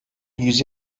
yüz